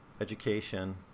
education